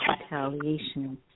retaliation